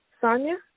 Sonia